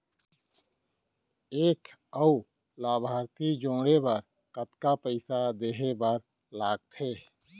एक अऊ लाभार्थी जोड़े बर कतका पइसा देहे बर लागथे?